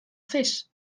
fish